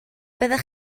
byddech